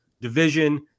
division